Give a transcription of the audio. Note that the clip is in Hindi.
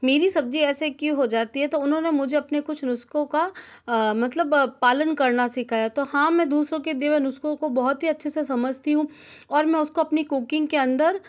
मेरी सब्जी ऐसे क्यों हो जाती है तो उन्होंने मुझे अपने कुछ नुस्को का मतलब पालन करना सिखाया तो हाँ मैं दूसरों के दिए हुए नुस्को को बहुत ही अच्छे से समझती हूँ और मैं उसको अपनी कुकिंग के अंदर